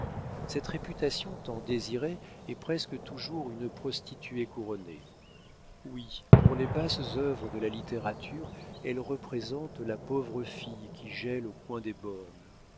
cette réputation tant désirée est presque toujours une prostituée couronnée oui pour les basses œuvres de la littérature elle représente la pauvre fille qui gèle au coin des bornes